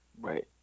Right